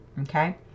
okay